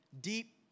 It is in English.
deep